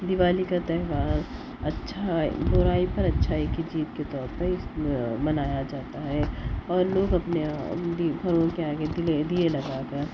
دیوالی کا تہوار اچھا برائی پر اچھائی کی جیت کی طور پہ اِس منایا جاتا ہے اور لوگ اپنے گھروں کے آگے دیے دیے لگا کر